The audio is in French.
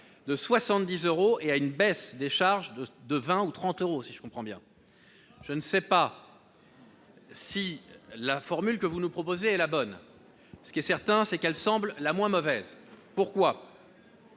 couplée à une baisse des charges de 30 euros. Monsieur le ministre, je ne sais pas si la formule que vous nous proposez est la bonne. Ce qui est certain, c'est qu'elle semble la moins mauvaise. Pourquoi ?